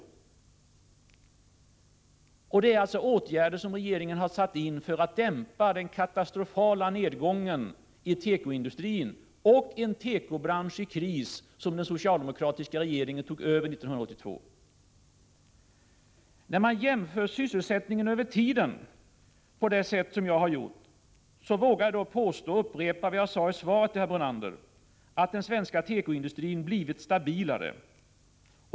Regeringen har alltså satt in åtgärder för att dämpa den katastrofala nedgången inom tekoindustrin och den tekobransch i kris som den socialdemokratiska regeringen tog över 1982. Jämför jag sysselsättningen över tiden på det sätt som jag har gjort, vågar jag upprepa vad jag sade i svaret till herr Brunander, nämligen att den svenska tekoindustrin har blivit stabilare.